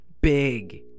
big